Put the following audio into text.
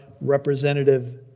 representative